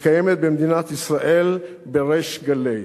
מתקיימת במדינת ישראל בריש גלי,